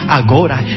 agora